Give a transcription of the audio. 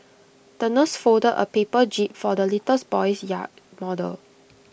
the nurse folded A paper jib for the little boy's yacht model